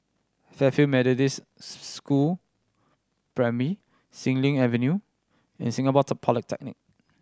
Fairfield Methodist School Primary Xilin Avenue and Singapore Polytechnic